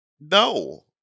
No